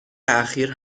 اخیر